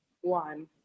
one